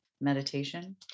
meditation